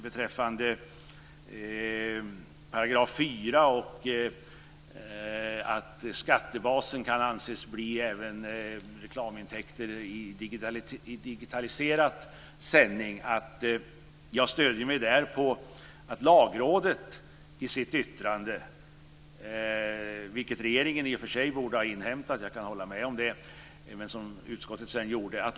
Beträffande 4 § och detta att skattebasen även kan anses bli reklamintäkter i digitaliserad sändning vill jag säga att jag där stöder mig på Lagrådets yttrande. Jag kan hålla med om att regeringen i och för sig borde ha inhämtat det, något som utskottet sedan gjorde.